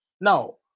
Now